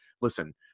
listen